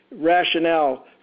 rationale